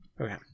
Okay